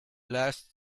last